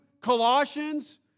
Colossians